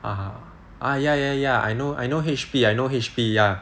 (uh huh) ya ya ya I know I know H_P I know H_P ya